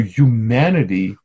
humanity